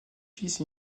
fils